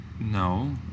No